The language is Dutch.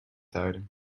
houden